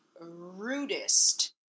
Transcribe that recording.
rudest